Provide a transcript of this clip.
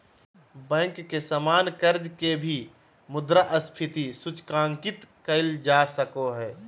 bank के सामान्य कर्ज के भी मुद्रास्फीति सूचकांकित कइल जा सको हइ